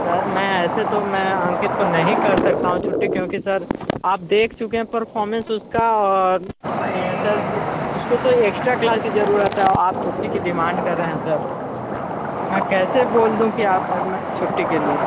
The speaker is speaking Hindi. सर मैं ऐसे तो मैं अंकित को नहीं कर सकता हूँ छुट्टी क्योंकि सर आप देख चुके हैं परफॉर्मेंस उसका और सर उसको तो एक्स्ट्रा क्लास की जरूरत है और आप छुट्टी की डिमांड कर रहे हैं सर मैं कैसे बोल दूँ कि आप में छुट्टी के लिए